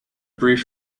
brief